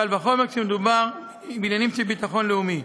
קל וחומר כשמדובר בעניינים של ביטחון לאומי.